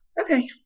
Okay